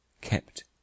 kept